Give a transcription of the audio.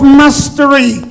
mastery